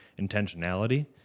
intentionality